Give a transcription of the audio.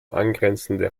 angrenzende